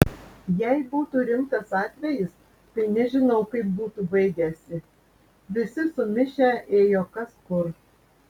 jei būtų rimtas atvejis tai nežinau kaip būtų baigęsi visi sumišę ėjo kas kur